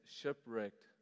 shipwrecked